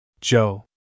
Joe